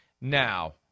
now